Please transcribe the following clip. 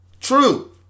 True